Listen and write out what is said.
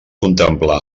contemplar